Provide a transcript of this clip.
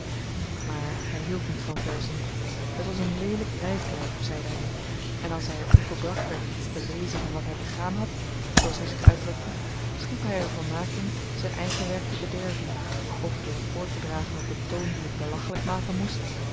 maar hy hield niet van verzen het was een leelyk ryglyf zeide hy en als hy er toe gebracht werd iets te lezen van wat hy begaan had zooals hy zich uitdrukte schiep hy er vermaak in zyn eigen werk te bederven f door t voortedragen op een toon die t belachelyk maken moest